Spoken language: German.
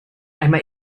einmal